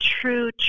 true